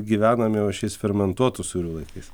gyvenam jau šiais fermentuotų sūrių laikais